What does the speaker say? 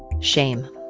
shame.